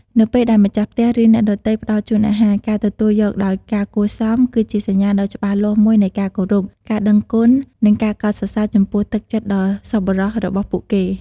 នៅពេលដែលម្ចាស់ផ្ទះ ឬអ្នកដទៃផ្តល់ជូនអាហារ ការទទួលយកដោយការគួរសម គឺជាសញ្ញាដ៏ច្បាស់លាស់មួយនៃការគោរព ការដឹងគុណ និងការកោតសរសើរចំពោះទឹកចិត្តដ៏សប្បុរសរបស់ពួកគេ។